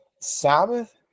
Sabbath